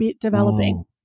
developing